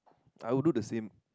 I would do the same